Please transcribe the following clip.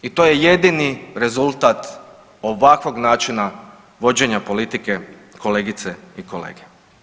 I to je jedini rezultat ovakvog načina vođenja politike kolegice i kolege.